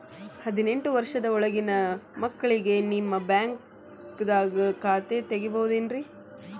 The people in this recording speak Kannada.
ಹದಿನೆಂಟು ವರ್ಷದ ಒಳಗಿನ ಮಕ್ಳಿಗೆ ನಿಮ್ಮ ಬ್ಯಾಂಕ್ದಾಗ ಖಾತೆ ತೆಗಿಬಹುದೆನ್ರಿ?